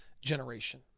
generation